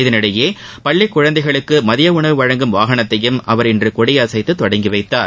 இதனிடையே பள்ளிக் குழந்தைகளுக்கு மதிய உணவு வழங்கும் வாகனத்தையும் அவர் இன்று கொடியசைத்து தொடங்கிவைத்தார்